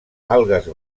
algues